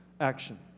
action